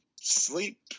Sleep